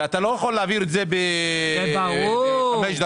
ואתה לא יכול להעביר את זה בחמש דקות.